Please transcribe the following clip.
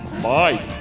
Mike